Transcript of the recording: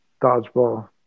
dodgeball